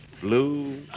blue